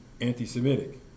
anti-Semitic